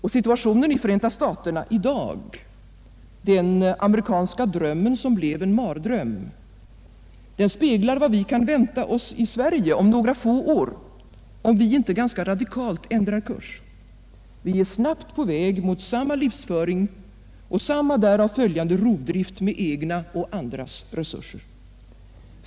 Och situationen i Förenta staterna av i dag, den amerikanska drömmen som blev en mardröm, speglar vad vi kan vänta oss i Sverige om några få år, ifall vi inte ganska radikalt ändrar kurs; vi är snabbt på väg mot samma livsföring och samma därav följande rovdrift med egna och andras resurser.